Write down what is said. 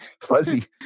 fuzzy